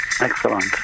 Excellent